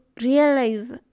realize